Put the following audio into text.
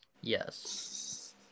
Yes